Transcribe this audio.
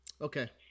Okay